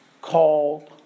called